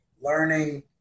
Learning